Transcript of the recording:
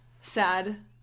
sad